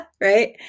Right